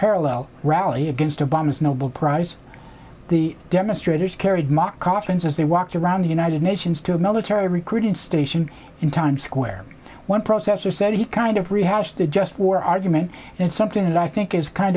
parallel rally against obama's nobel prize the demonstrators carried mock coffins as they walked around the united nations to a military recruiting station in times square one processor said he kind of rehashed a just war argument and it's something that i think is kind